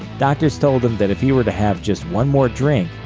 doctors told him that if he were to have just one more drink,